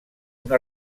una